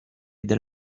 del